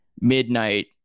midnight